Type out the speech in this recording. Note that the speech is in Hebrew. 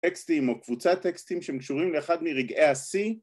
טקסטים או קבוצת טקסטים שהם קשורים לאחד מרגעי השיא